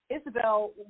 Isabel